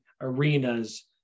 arenas